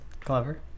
clever